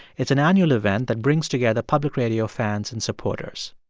it's an annual event that brings together public radio fans and supporters